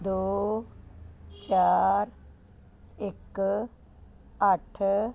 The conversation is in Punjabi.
ਦੋ ਚਾਰ ਇੱਕ ਅੱਠ